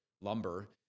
lumber